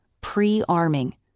pre-arming